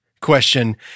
question